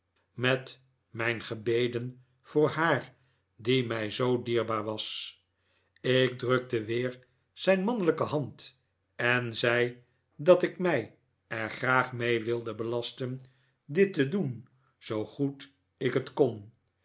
met mijn gebeden voor haar die mij zoo dierbaar was ik drukte weer zijn mannelijke hand en zei dat ik mij er graag mee wilde belasten dit te doen zoo goed ik het koh